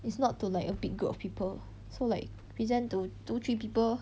it's not to like a big group of people so like present to two three people